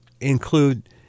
include